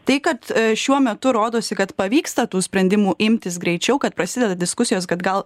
tai kad šiuo metu rodosi kad pavyksta tų sprendimų imtis greičiau kad prasideda diskusijos kad gal